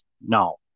No